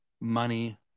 money